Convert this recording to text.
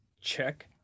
check